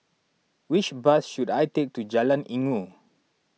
which bus should I take to Jalan Inggu